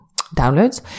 downloads